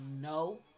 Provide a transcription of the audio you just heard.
no